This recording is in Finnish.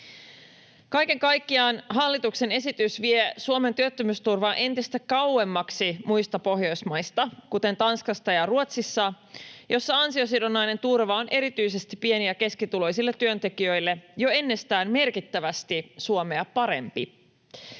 Kaiken kaikkiaan hallituksen esitys vie Suomen työttömyysturvaa entistä kauemmaksi muista Pohjoismaista, kuten Tanskasta ja Ruotsista, joissa ansiosidonnainen turva on erityisesti pieni- ja keskituloisille työntekijöille jo ennestään merkittävästi Suomea parempi.